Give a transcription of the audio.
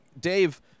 Dave